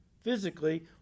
Physically